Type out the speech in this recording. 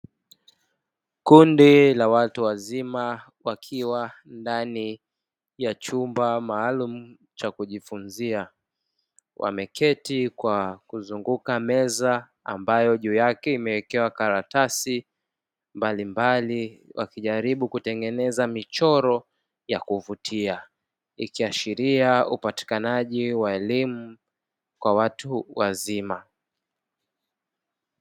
Kundi la watu wazima wakiwa ndani ya chumba maalumu cha kujifunzia, wameketi kwa kuzunguka meza ambayo juu yake imewekewa karatasi mbalimbali, wakijaribu kutengeneza michoro ya kuvutia. Ikiashiria upatikanaji wa elimu kwa watu wazima.